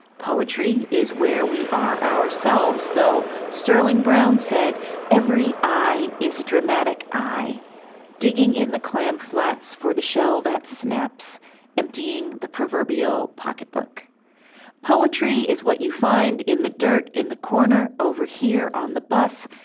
poetry is where we ourselves though sterling brown said every i is a dramatic i digging in the clam flats for the shell that snaps emptying the proverbial pocketbook poetry is what you find in the dirt in the corner overhear on the bus,